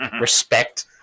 Respect